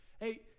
Hey